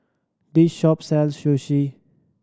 this shop sells Sushi